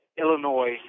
Illinois